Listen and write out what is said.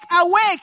awake